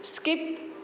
skip